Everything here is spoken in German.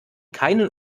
keinen